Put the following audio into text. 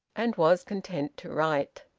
and was content to write.